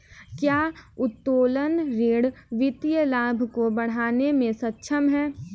क्या उत्तोलन ऋण वित्तीय लाभ को बढ़ाने में सक्षम है?